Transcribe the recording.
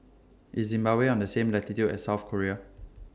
IS Zimbabwe on The same latitude as South Korea